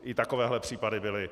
I takovéhle případy byly.